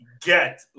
get